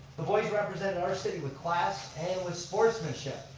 the boys represented our city with class with sportsmanship.